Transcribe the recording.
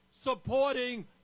supporting